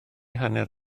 hanner